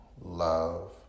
love